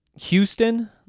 Houston